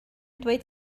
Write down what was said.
dweud